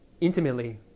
intimately